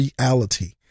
reality